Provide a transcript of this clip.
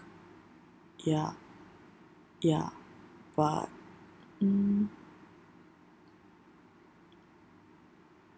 ya ya but mm